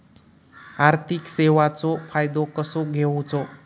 आर्थिक सेवाचो फायदो कसो घेवचो?